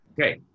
Okay